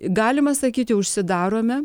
galima sakyti užsidarome